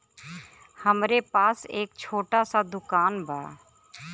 हमरे पास एक छोट स दुकान बा